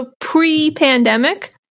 pre-pandemic